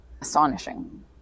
astonishing